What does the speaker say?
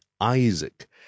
Isaac